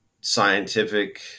scientific